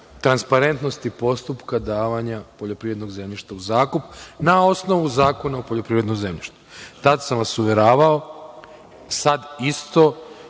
transparentnosti postupka davanja poljoprivrednog zemljišta u zakup na osnovu Zakona o poljoprivrednom zemljištu. Tada sam vas uveravao, sad isto